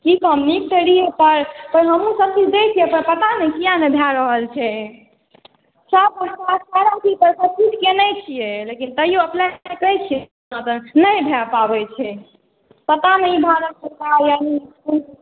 हमहुँ सभ किछु दय छियै पर पता नहि किआ नहि भए रहल छै कोशिश केनय छियै लेकिन तहियो अपनेसे करय छियै नहि भए पाबै छै पता नहि